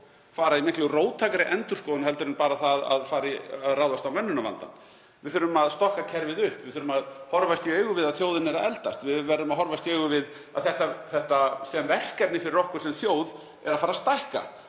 fara í miklu róttækari endurskoðun en bara það að ráðast á mönnunarvandann. Við þurfum að stokka kerfið upp. Við þurfum að horfast í augu við að þjóðin er að eldast. Við verðum að horfast í augu við að það verkefni, fyrir okkur sem þjóð, er að fara að stækka.